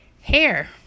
Hair